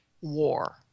war